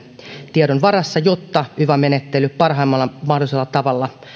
tiedon varassa jotta yva menettely parhaimmalla mahdollisella tavalla